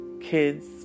kids